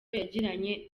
yagiranye